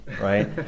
right